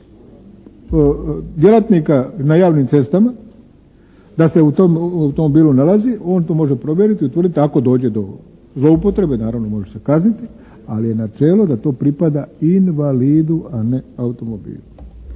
djelatnika na javnim cestama da se u tom automobilu nalazi, on to može provjeriti i utvrditi ako dođe do zloupotrebe naravno može se kazniti, ali je načelo da to pripada invalidu, a ne automobilu.